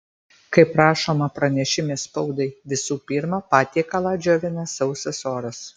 kaip rašoma pranešime spaudai visų pirma patiekalą džiovina sausas oras